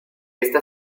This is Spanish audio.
esta